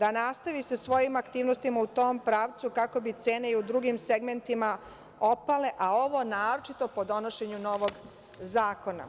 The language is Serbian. da nastavi sa svojim aktivnostima u tom pravcu kako bi cene i u drugim segmentima opale, a ovo naročito po donošenju novog zakona.